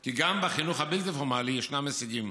כי גם בחינוך הבלתי-פורמלי יש הישגים: